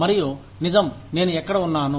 మరియు నిజం నేను ఎక్కడ ఉన్నాను